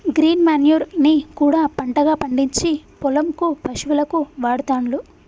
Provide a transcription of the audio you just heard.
green manure ని కూడా పంటగా పండిచ్చి పొలం కు పశువులకు వాడుతాండ్లు